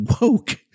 woke